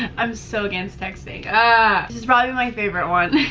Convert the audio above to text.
i am so against texting ahhhhh this is probably my favorite one